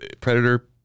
predator